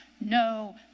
no